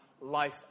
life